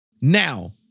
Now